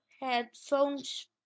headphones